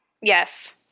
Yes